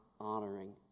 honoring